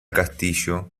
castillo